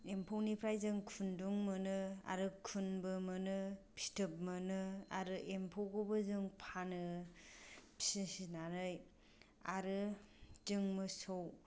एम्फौनिफ्राय जों खुन्दुं मोनो खुनबो मोनो आरो फिथोबबो मोनो आरो एम्फौखौबो जों फानो फिसिनानै आरो जों मोसौ